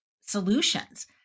solutions